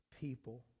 people